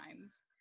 times